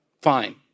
Fine